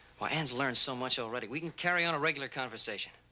why, ann's learned so much already. we can carry on a regular conversation.